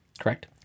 Correct